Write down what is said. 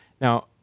Now